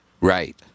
Right